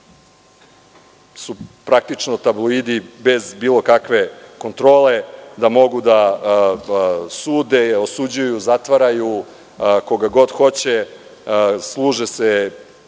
su praktično tabloidi bez bilo kakve kontrole, da mogu da sude, da osuđuju, zatvaraju koga god hoće. Služe se